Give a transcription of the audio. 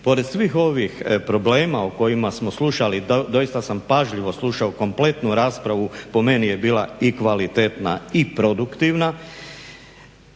pored svih ovih problema o kojima smo slušali, doista sam pažljivo slušao kompletnu raspravu, po meni je bila i kvalitetna i produktivna.